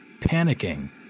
panicking